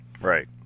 right